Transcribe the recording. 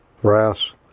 Brass